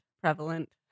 Prevalent